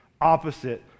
opposite